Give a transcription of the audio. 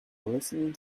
listening